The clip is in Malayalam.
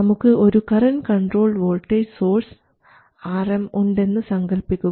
നമുക്ക് ഒരു current controlled voltage source Rm ഉണ്ടെന്ന് സങ്കൽപ്പിക്കുക